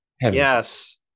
Yes